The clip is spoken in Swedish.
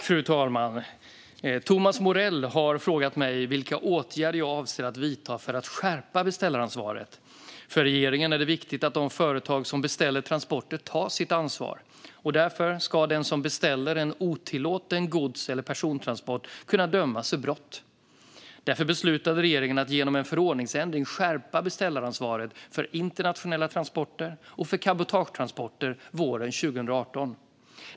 Fru talman! Thomas Morell har frågat mig vilka åtgärder jag avser att vidta för att skärpa beställaransvaret. För regeringen är det viktigt att de företag som beställer transporter tar sitt ansvar, och därför ska den som beställer en otillåten gods eller persontransport kunna dömas för brott. Därför beslutade regeringen att genom en förordningsändring skärpa beställaransvaret för internationella transporter och cabotagetransporter våren 2018.